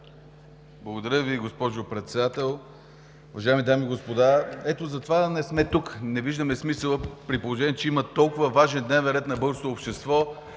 Благодаря Ви, госпожо Председател. Уважаеми дами и господа! Ето затова не сме тук! Не виждаме смисъл, при положение че има толкова важен дневен ред на българското общество,